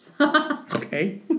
Okay